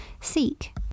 Seek